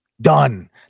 done